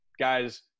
guys